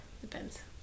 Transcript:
depends